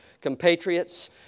compatriots